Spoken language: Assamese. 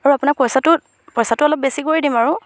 আৰু আপোনাক পইচাটো পইচাটো অলপ বেছি কৰি দিম আৰু